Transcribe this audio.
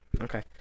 Okay